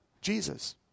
Jesus